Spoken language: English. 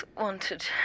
wanted